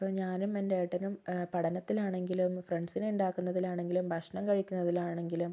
ഇപ്പോൾ ഞാനും എൻ്റെ ഏട്ടനും പഠനത്തിൽ ആണെങ്കിലും ഫ്രണ്ട്സിനെ ഉണ്ടാക്കുന്നതിൽ ആണെങ്കിലും ഭക്ഷണം കഴിക്കുന്നതിലാണെങ്കിലും